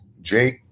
Jake